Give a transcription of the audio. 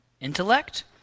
intellect